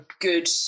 good